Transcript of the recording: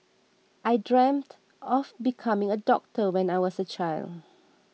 I dreamt of becoming a doctor when I was a child